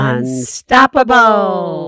Unstoppable